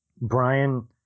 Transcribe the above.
Brian